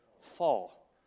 Fall